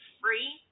free